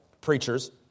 preachers